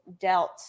dealt